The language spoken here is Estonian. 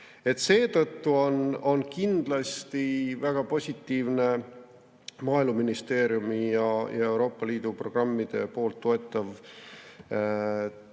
Seetõttu on kindlasti väga positiivne Maaeluministeeriumi ja Euroopa Liidu programmide toetatav programm